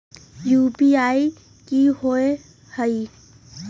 UPI कि होअ हई?